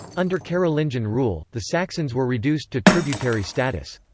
under carolingian rule, the saxons were reduced to tributary status.